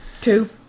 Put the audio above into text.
Two